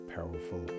Powerful